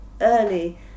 early